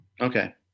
okay